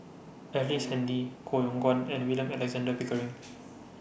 Ellice Handy Koh Yong Guan and William Alexander Pickering